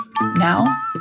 now